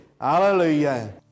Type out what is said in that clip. Hallelujah